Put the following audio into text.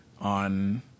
on